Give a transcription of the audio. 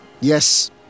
Yes